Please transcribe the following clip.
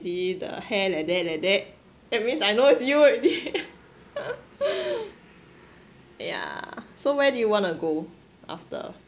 lady the hand like that like that it means I know it's you already yeah so where do you want to go after